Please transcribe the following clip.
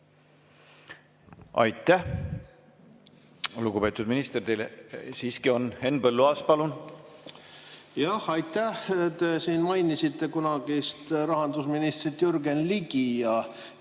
Aitäh, lugupeetud minister! Teile ... Siiski on. Henn Põlluaas, palun! Jah, aitäh! Te siin mainisite kunagist rahandusministrit Jürgen Ligit.